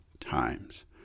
times